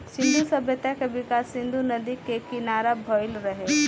सिंधु सभ्यता के विकास सिंधु नदी के किनारा भईल रहे